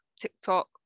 tiktok